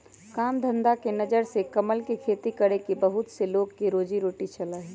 काम धंधा के नजर से कमल के खेती करके बहुत से लोग के रोजी रोटी चला हई